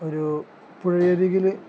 ഒരു പുഴയരികിൽ